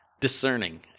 discerning